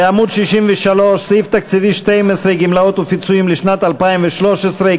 בעמוד 63. מי בעד ההסתייגות,